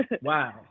Wow